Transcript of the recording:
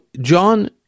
John